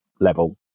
level